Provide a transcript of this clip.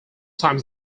times